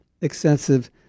excessive